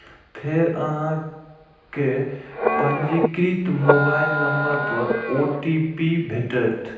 फेर अहां कें पंजीकृत मोबाइल नंबर पर ओ.टी.पी भेटत